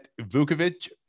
Vukovic